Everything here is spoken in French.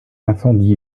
incendie